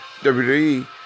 WWE